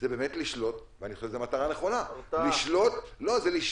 זה באמת לשלוט, ואני חושב שזאת מטרה נכונה.